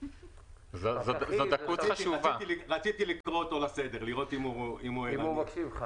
--- רציתי לקרוא אותו לסדר, לראות אם הוא מקשיב.